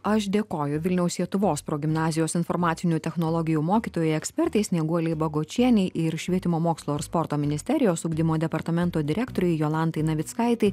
aš dėkoju vilniaus sietuvos progimnazijos informacinių technologijų mokytojai ekspertei snieguolei bagočienei ir švietimo mokslo ir sporto ministerijos ugdymo departamento direktorei jolantai navickaitei